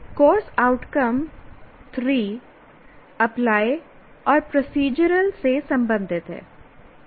course outcome 3 apply और procedural से संबंधित है